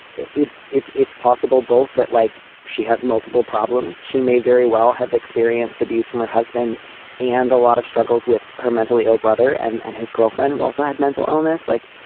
it's it's it's possible both that like she has multiple problems. she may very well have experienced abuse from her husband and a lot of struggles with her mentally ill brother and and his girlfriend, who also had mental illness. like,